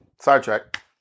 sidetrack